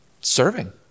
serving